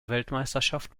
weltmeisterschaft